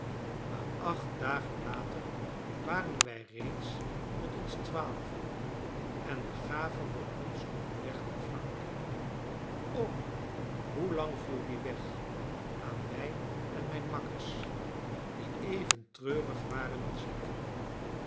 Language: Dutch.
maar acht dagen later waren wij reeds met ons twaalven en begaven we ons op weg naar frankrijk o hoe lang viel die weg aan mij en mijn makkers die even treurig waren als ik